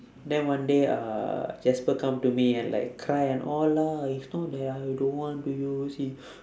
then one day uh jasper come to me and like cry and all lah is not that I don't want to use is